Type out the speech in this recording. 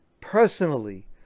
personally